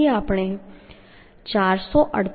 તેથી આપણે 448